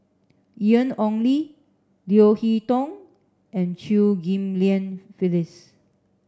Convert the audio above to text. Ian Ong Li Leo Hee Tong and Chew Ghim Lian Phyllis